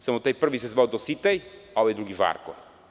Samo taj prvi se zvao Dositej, a ovaj drugi Žarko.